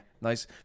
nice